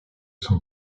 son